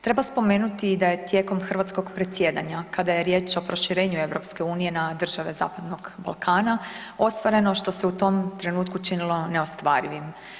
Treba spomenuti i da je tijekom hrvatskog predsjedanja kada je riječ o proširenju EU na države Zapadnog Balkana ostvareno što se u tom trenutku činilo neostvarivim.